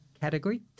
category